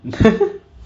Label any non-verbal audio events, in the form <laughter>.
<laughs>